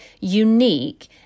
unique